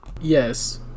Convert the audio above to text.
yes